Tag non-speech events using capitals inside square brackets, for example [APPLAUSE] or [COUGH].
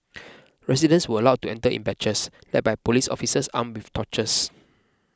[NOISE] residents were allowed to enter in batches led by police officers armed with torches